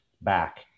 back